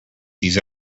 these